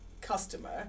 customer